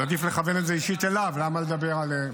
אז עדיף לכוון את זה אישית אליו, למה לדבר עליהם?